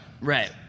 right